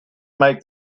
make